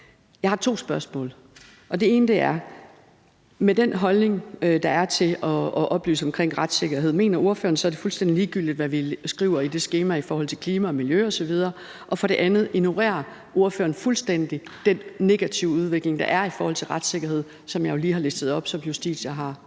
Jeg har to spørgsmål, og det ene er: Med den holdning, der er til at oplyse om retssikkerhed, mener ordføreren så, at det er fuldstændig ligegyldigt, hvad vi skriver i det skema i forhold til klima og miljø osv.? Det andet spørgsmål er: Ignorerer ordfører fuldstændig den negative udvikling, der er i forhold til retssikkerhed, som jeg jo lige har listet op, og som Justitia har